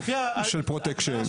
של פרוטקשן.